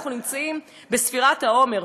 אנחנו נמצאים בספירת העומר,